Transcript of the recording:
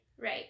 Right